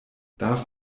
darf